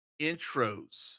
intros